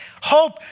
hope